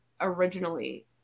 originally